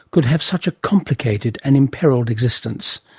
could have such a complicated and imperilled existence.